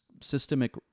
systemic